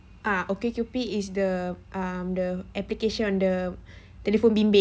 ah okcupid is the um the application on the telephone